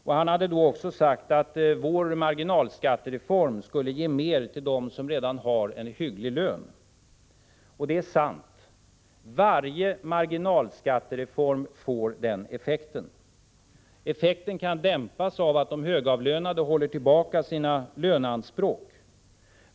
Jag såg att han konstaterade att vår marginalskattereform skulle ge mer till dem som redan har en hygglig lön. Det är sant. Varje marginalskattesänkning får den effekten. Effekten kan dämpas om de väl avlönade visar återhållsamhet med lönekraven.